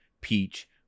Peach